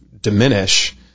diminish